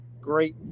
great